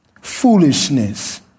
foolishness